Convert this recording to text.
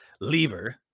lever